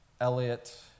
Elliot